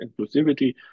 inclusivity